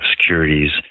securities